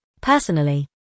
Personally